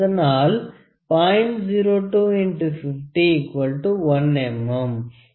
02 X 50 1 mm